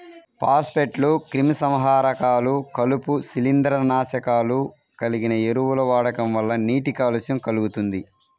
ఫాస్ఫేట్లు, క్రిమిసంహారకాలు, కలుపు, శిలీంద్రనాశకాలు కలిగిన ఎరువుల వాడకం వల్ల నీటి కాలుష్యం కల్గుతుంది